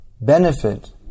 benefit